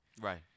Right